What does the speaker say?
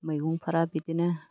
मैगंफ्रा बिदिनो